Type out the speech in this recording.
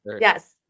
Yes